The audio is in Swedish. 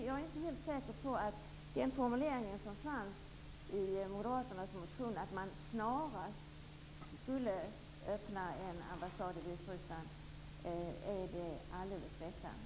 Jag är inte säker på att formuleringen i moderaternas motion, dvs. att snarast öppna en ambassad i Vitryssland, är alldeles riktig.